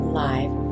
live